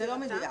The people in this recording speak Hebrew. זה לא מדויק.